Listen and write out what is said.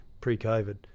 pre-COVID